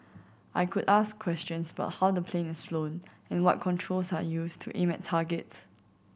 I could ask questions about how the plane is flown and what controls are used to aim at targets